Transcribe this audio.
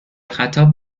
خطاب